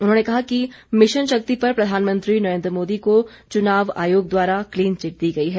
उन्होंने कहा कि मिशन शक्ति पर प्रधानमंत्री नरेन्द्र मोदी को चुनाव आयोग द्वारा क्लीन चिट दी गई है